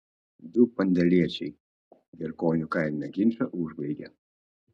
du pandėliečiai gerkonių kaime ginčą užbaigė